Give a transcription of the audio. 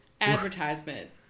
advertisement